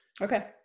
Okay